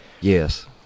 Yes